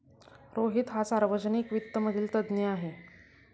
रोहित हा सार्वजनिक वित्त मधील तज्ञ आहे